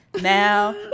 now